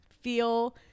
feel –